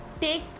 take